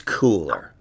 cooler